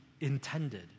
intended